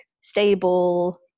stable